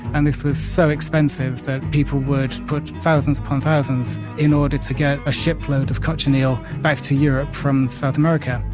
and this was so expensive that people would put thousands upon thousands, in order to get a ship load of cochineal back to europe from south america.